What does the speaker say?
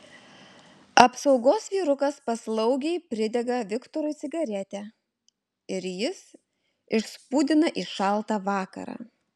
apsaugos vyrukas paslaugiai pridega viktorui cigaretę ir jis išspūdina į šaltą vakarą